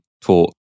taught